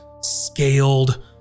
scaled